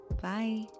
bye